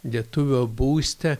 lietuvio būste